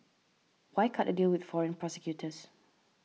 why cut a deal with foreign prosecutors